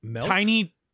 tiny